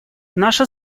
наша